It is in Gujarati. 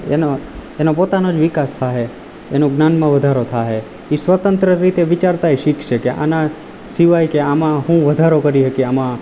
એનો એનો પોતાનો જ વિકાસ થશે એનું જ્ઞાનમાં વધારો થશે એ સ્વતંત્ર રીતે વિચારતા ય શીખશે કે આના સિવાય કે આમાં શું વધારો કરી શકીએ આમાં